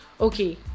okay